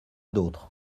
d’autres